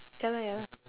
ya lah ya lah